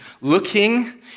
Looking